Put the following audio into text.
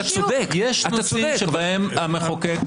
יש נושאים שבהם המחוקק,